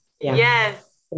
yes